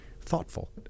thoughtful